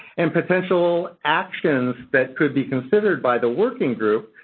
and potential actions that could be considered by the working group,